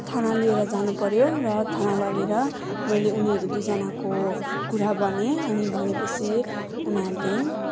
थाना लिएर जानु पर्यो र थाना लगेर मैले उनीहरू दुईजनाको कुरा भनेँ अनि भनेपछि उनीहरूले